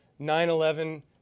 9-11